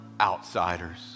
outsiders